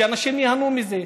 שאנשים ייהנו מזה.